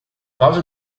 causa